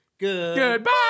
Goodbye